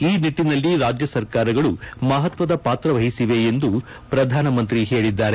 ಈ ನಿಟ್ಟಿನಲ್ಲಿ ರಾಜ್ಯ ಸರ್ಕಾರಗಳು ಮಹತ್ವದ ಪಾತ್ರ ವಹಿಸಿವೆ ಎಂದು ಪ್ರಧಾನಮಂತ್ರಿ ಹೇಳಿದ್ದಾರೆ